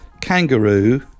kangaroo